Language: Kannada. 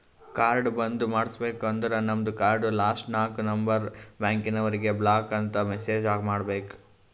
ಕಾರ್ಡ್ ಬಂದ್ ಮಾಡುಸ್ಬೇಕ ಅಂದುರ್ ನಮ್ದು ಕಾರ್ಡ್ ಲಾಸ್ಟ್ ನಾಕ್ ನಂಬರ್ ಬ್ಯಾಂಕ್ನವರಿಗ್ ಬ್ಲಾಕ್ ಅಂತ್ ಮೆಸೇಜ್ ಮಾಡ್ಬೇಕ್